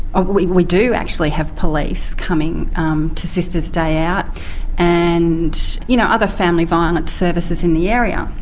ah we we do actually have police coming um to sisters day out and you know, other family violence services in the area.